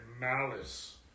malice